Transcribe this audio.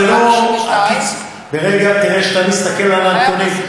כן, תראה איך אני מסתכל על הנתונים.